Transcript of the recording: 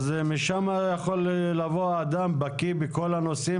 ומשם יכול לבוא אדם שהוא בקי בכל הנושאים